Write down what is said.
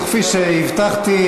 וכפי שהבטחתי,